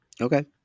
Okay